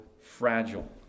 fragile